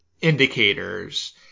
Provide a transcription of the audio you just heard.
indicators